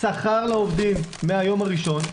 שכר לעובדים מהיום הראשון,